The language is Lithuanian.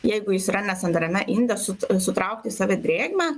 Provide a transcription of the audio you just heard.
jeigu jis yra nesandariame inde sut sutraukti į save drėgmę